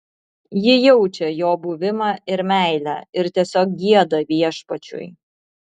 ji jaučia jo buvimą ir meilę ir tiesiog gieda viešpačiui